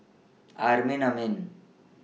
Amrin Amin